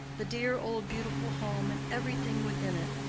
the dear old beautiful home and everything within it,